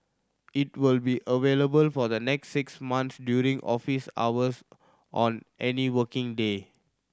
it will be available for the next six months during office hours on any working day